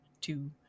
two